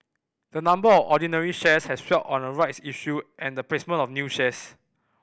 the number of ordinary shares has swelled on a rights issue and the placement of new shares